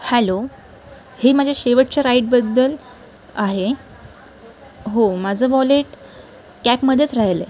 hello हे माझ्या शेवटच्या राईडबद्दल आहे हो माझं व्हॉलेट कॅपमध्येच राहिलं आहे